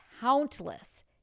countless